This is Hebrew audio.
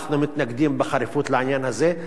אנחנו מתנגדים בחריפות לעניין הזה.